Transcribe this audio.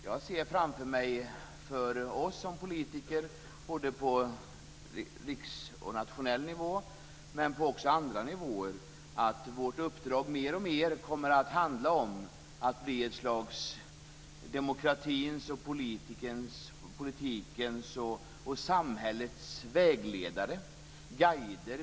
Jag ser framför mig för oss som politiker - på både riksnivå och nationell nivå men även andra nivåer - att vårt uppdrag mer och mer kommer att handla om att bli ett slags demokratins, politikens och samhällets vägledare, guider.